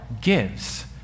gives